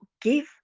give